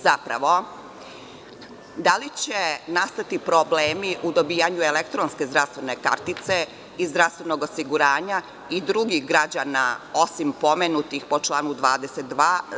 Zapravo, da li će nastati problemi u dobijanju elektronske zdravstvene kartice i zdravstvenog osiguranja i drugih građana, osim pomenutih po članu 22.